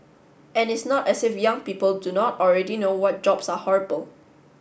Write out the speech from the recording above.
and it's not as if young people do not already know what jobs are horrible